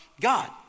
God